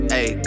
Hey